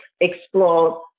explore